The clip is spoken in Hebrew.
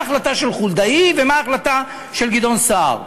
מה ההחלטה של חולדאי ומה ההחלטה של גדעון סער?